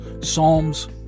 Psalms